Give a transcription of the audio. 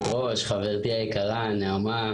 חברתי היקרה נעמה,